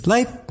Life